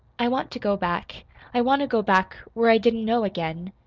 i want to go back i want to go back, where i didn't know again.